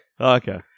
okay